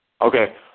okay